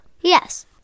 Yes